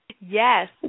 Yes